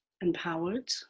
empowered